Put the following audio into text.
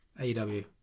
AEW